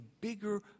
bigger